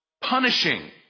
punishing